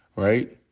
right?